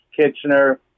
Kitchener